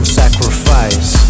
sacrifice